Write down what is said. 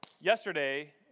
yesterday